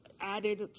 added